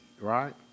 right